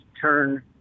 turn